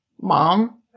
mom